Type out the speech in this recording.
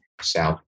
south